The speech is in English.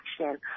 action